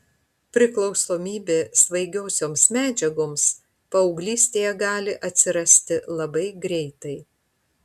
priklausomybė svaigiosioms medžiagoms paauglystėje gali atsirasti labai greitai